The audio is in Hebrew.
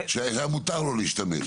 שהיה מותר לו להשתמש.